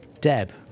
deb